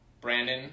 brandon